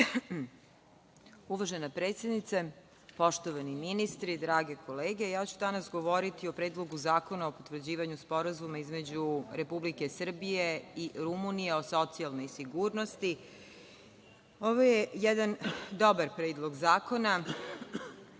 Uvažena predsednice, poštovani ministri, drage kolege, ja ću danas govoriti o Predlogu zakona o potvrđivanju Sporazuma između Republike Srbije i Rumunije o socijalnoj sigurnosti. Ovo je jedan dobar Predlog zakona